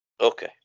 Okay